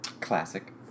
Classic